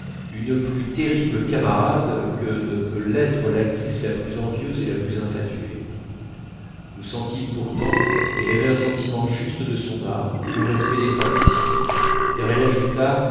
une plus terrible camarade que ne peut l'être l'actrice la plus envieuse et la plus infatuée nous sentîmes pourtant qu'elle avait un sentiment juste de son art et le respect des traditions car elle ajouta